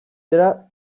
dira